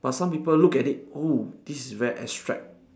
but some people look at it oh this is very abstract